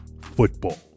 football